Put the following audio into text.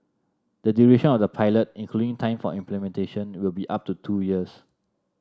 the duration of the pilot including time for implementation will be up to two years